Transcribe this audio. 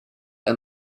and